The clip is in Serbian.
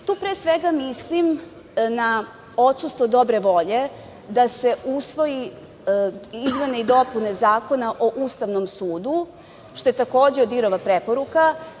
pre svega, mislim na odsustvo dobre volje da se usvoje izmene i dopune Zakona o Ustavnom sudu, što je takođe ODIHR-ova preporuka